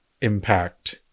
impact